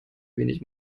wenig